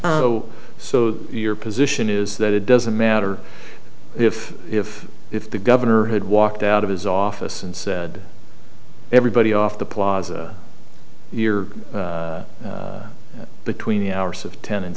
so your position is that it doesn't matter if if if the governor had walked out of his office and said everybody off the plaza between the hours of ten and